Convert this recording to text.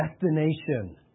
destination